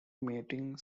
mating